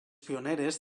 pioneres